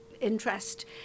interest